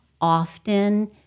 often